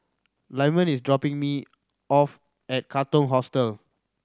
Lyman is dropping me off at Katong Hostel